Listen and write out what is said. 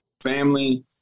family